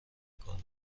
میکنم